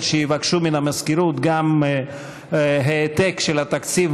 שיבקשו מן המזכירות גם העתק מודפס של התקציב,